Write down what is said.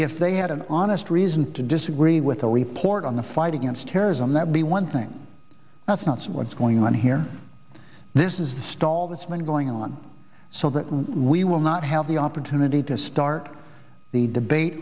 if they had an honest reason to disagree with a report on the fight against terrorism that be one thing that's not what's going on here this is the stall that's been going on so that we will not have the opportunity to start the debate